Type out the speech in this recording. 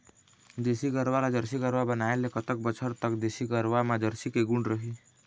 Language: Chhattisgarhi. देसी गरवा ला जरसी गरवा बनाए ले कतका बछर तक देसी गरवा मा जरसी के गुण रही?